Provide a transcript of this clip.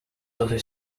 early